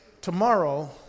tomorrow